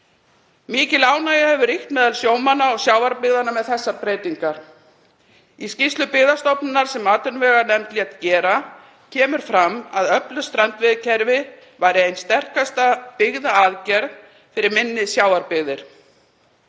Mikil ánægja hefur ríkt meðal sjómanna og sjávarbyggðanna með þessar breytingar. Í skýrslu Byggðastofnunar sem atvinnuveganefnd lét gera kemur fram að öflugt strandveiðikerfi væri ein sterkasta byggðaaðgerð fyrir minni sjávarbyggðir.